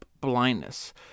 Blindness